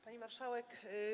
Pani Marszałek!